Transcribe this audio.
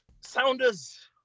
Sounders